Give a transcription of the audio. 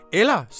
eller